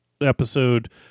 episode